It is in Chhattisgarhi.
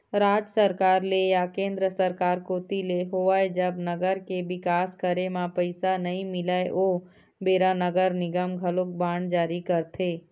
राज सरकार ले या केंद्र सरकार कोती ले होवय जब नगर के बिकास करे म पइसा नइ मिलय ओ बेरा नगर निगम घलोक बांड जारी करथे